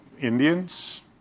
Indians